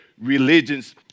religions